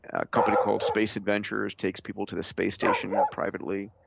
a company called space adventures takes people to the space station privately.